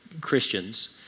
Christians